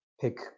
pick